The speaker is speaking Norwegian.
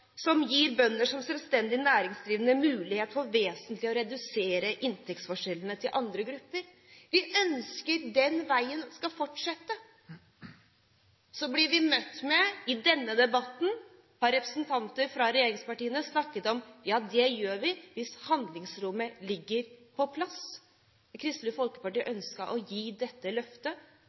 som ville gi bønder som selvstendig næringsdrivende mulighet for vesentlig å redusere inntektsforskjellene til andre grupper. Vi ønsker å fortsette den veien. Så blir vi møtt med i denne debatten, fra representanter fra regjeringspartiene, at det gjør de hvis handlingsrommet er på plass. Kristelig Folkeparti ønsket å gi dette løftet.